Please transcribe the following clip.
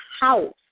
house